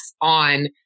on